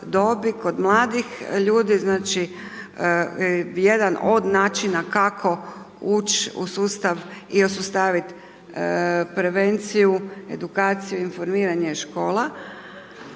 kod mladih ljudi. Znači jedan od načina kako ući u sustav i osposobiti prevenciju, edukaciju i informiranje je škola,